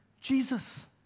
Jesus